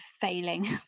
failing